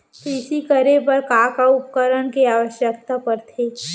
कृषि करे बर का का उपकरण के आवश्यकता परथे?